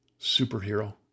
superhero